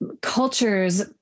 cultures